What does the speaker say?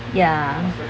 ya